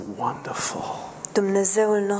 wonderful